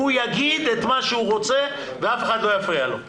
הוא יגיד את מה שהוא רוצה ואף אחד לא יפריע לו.